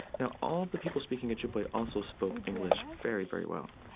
now all the people speaking ojibwe also spoke english very, very well.